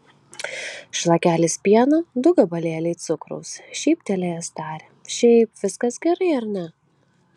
šlakelis pieno du gabalėliai cukraus šyptelėjęs tarė šiaip viskas gerai ar ne